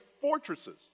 fortresses